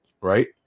right